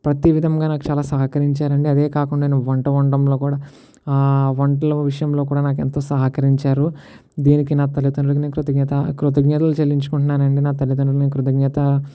ప్రతి విధంగా నాకు చాలా సహకరించారు అండి అదే కాకుండా నేను వంట వండడంలో కూడా వంటల విషయంలో కూడా నాకు ఎంత సహకరించారు దీనికి నా తల్లిదండ్రులకి నేను కృతజ్ఞత కృతజ్ఞతలు చెల్లించుకుంటున్నాను అండి నా తల్లిదండ్రులకి కృతజ్ఞత